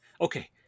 Okay